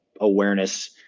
awareness